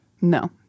No